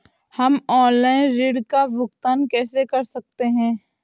हम ऑनलाइन ऋण का भुगतान कैसे कर सकते हैं?